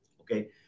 okay